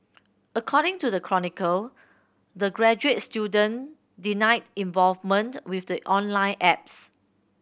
according to the Chronicle the graduate student denied involvement with the online ads